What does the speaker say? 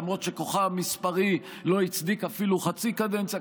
למרות שכוחה המספרי לא הצדיק אפילו חצי קדנציה.